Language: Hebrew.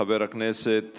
חבר הכנסת